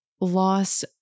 loss